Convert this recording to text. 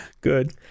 Good